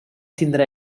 tindre